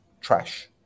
trash